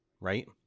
right